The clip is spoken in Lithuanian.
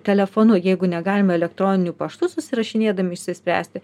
telefonu jeigu negalime elektroniniu paštu susirašinėdami išsispręsti